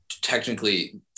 technically